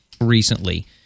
recently